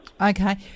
Okay